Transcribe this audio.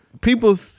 people